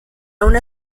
una